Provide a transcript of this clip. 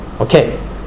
Okay